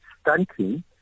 stunting